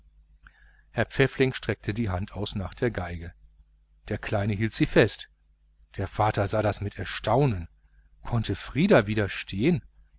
herr pfäffling streckte die hand aus nach der violine der kleine hielt sie fest der vater sah das mit erstaunen konnte frieder